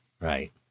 Right